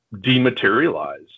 dematerialize